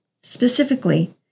specifically